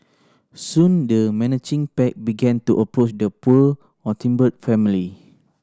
soon the menacing pack began to approach the poor family